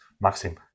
Maxim